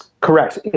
Correct